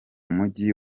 mujyi